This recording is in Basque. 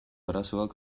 arazoak